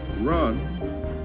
run